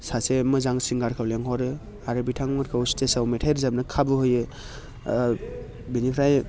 सासे मोजां सिंगारखौ लिंहरो आरो बिथांमोनखौ स्टेजआव मेथाइ रोजाबनो खाबु होयो बिनिफ्राय